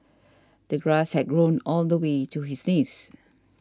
the grass had grown all the way to his knees